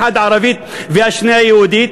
אחת ערבית והשנייה יהודית.